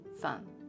fun